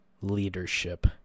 leadership